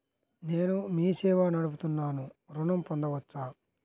నేను మీ సేవా నడుపుతున్నాను ఋణం పొందవచ్చా?